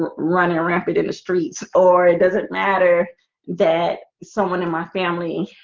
running around in the streets or it doesn't matter that someone in my family